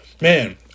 Man